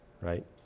right